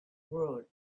road